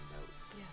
notes